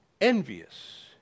envious